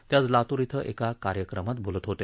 ते आज लातूर थे एका कार्यक्रमात बोलत होते